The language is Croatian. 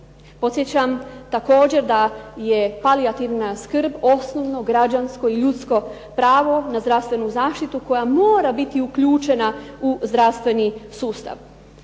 Podsjećam također da je palijativna skrb osnovno građansko i ljudsko pravo na zdravstvenu zaštitu koja mora biti uključena u zdravstveni sustav.